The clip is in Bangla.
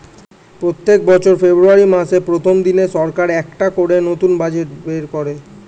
প্রত্যেক বছর ফেব্রুয়ারি মাসের প্রথম দিনে সরকার একটা করে নতুন বাজেট বের করে